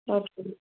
okay